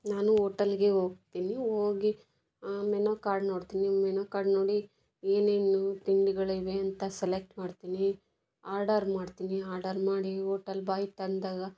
ನಾನು ಹೋಟಲ್ಗೆ ಹೋಗ್ತೀನಿ ಹೋಗಿ ಮೆನು ಕಾರ್ಡ್ ನೋಡ್ತೀನಿ ಮೆನು ಕಾರ್ಡ್ ನೋಡಿ ಏನೇನು ತಿಂಡಿಗಳಿವೆ ಅಂತ ಸೆಲೆಕ್ಟ್ ಮಾಡ್ತೀನಿ ಆರ್ಡರ್ ಮಾಡ್ತೀನಿ ಆರ್ಡರ್ ಮಾಡಿ ಹೋಟಲ್ ಬಾಯ್ ತಂದಾಗ